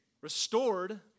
Restored